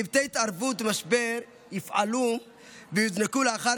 צוותי התערבות במשבר יפעלו ויוזנקו לאחר